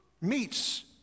meets